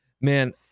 man